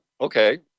okay